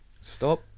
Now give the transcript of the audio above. stop